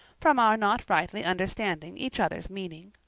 from our not rightly understanding each other's meaning.